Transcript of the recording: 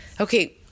Okay